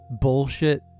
bullshit